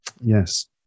Yes